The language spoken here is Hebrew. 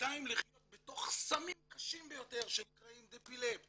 שנתיים לחיות בתוך סמים קשים ביותר שנקראים דפילפט